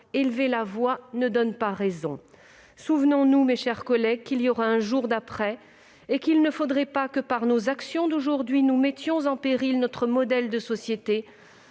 élever la voix ne donne pas raison »... Souvenons-nous, mes chers collègues, qu'il y aura un jour d'après : il ne faudrait pas que, par nos actes d'aujourd'hui, nous mettions en péril notre modèle de société,